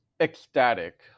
ecstatic